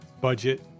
budget